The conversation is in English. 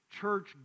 church